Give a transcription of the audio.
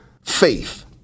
faith